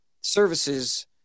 services